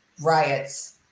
riots